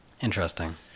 Interesting